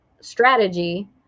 strategy